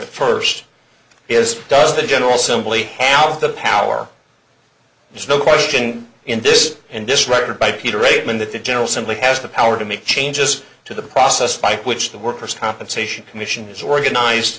it first is does the general simply have the power there's no question in this and this record by peter reitman that the general simply has the power to make changes to the process by which the workers compensation commission is organized